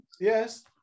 Yes